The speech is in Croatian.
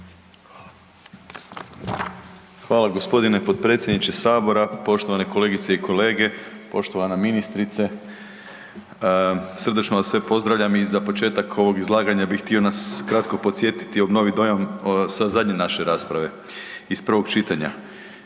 Hvala gospodine potpredsjedniče Sabora. Poštovane kolegice i kolege, poštovana ministrice. Srdačno vas sve pozdravljam i za početak ovog izlaganja bi htio nas na kratko posjetiti i obnoviti dojam sa zadnje naše rasprave iz prvog čitanja.